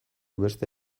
beste